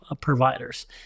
providers